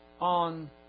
on